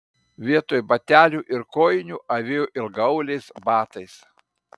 vietoj batelių ir kojinių avėjo ilgaauliais batais